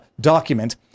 document